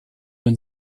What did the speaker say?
man